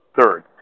third